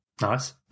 Nice